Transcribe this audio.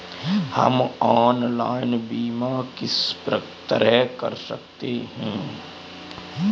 हम ऑनलाइन बीमा किस तरह कर सकते हैं?